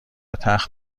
تخت